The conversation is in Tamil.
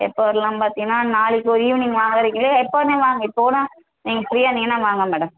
எப்போ வரலாம் பார்த்திங்கன்னா நாளைக்கு ஒரு ஈவினிங் வாங்குறீங்களே எப்போனே வாங்க இப்போனா நீங்கள் ஃப்ரீயாக இருந்தீங்கனால் வாங்க மேடம்